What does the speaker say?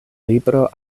libro